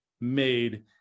made